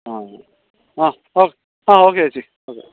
ആ ആ ഓ ആ ഓക്കെ ചേച്ചി ഓക്കെ